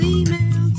email